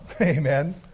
Amen